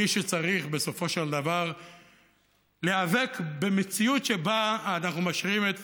מי שצריך להיאבק במציאות שבה אנחנו משווים את